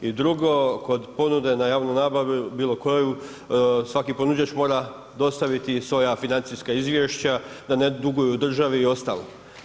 I drugo, kod ponude na javnu nabavu bilo koju svaki ponuđač mora dostaviti svoja financijska izvješća da ne duguju državi i ostalo.